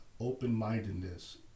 open-mindedness